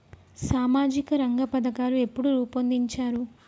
సామాజిక రంగ పథకాలు ఎప్పుడు రూపొందించారు?